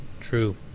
True